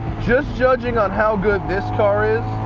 just judging on how good this car is,